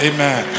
Amen